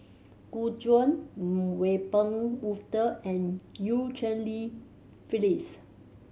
Gu Juan Wiebe Wolter and Eu Cheng Li Phyllis